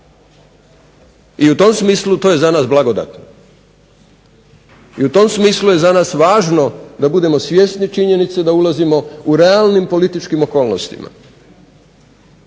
I u tom smislu to je za nas blagodat i u tom smislu je za nas važno da budemo svjesni činjenice da ulazimo u realnim političkim okolnostima.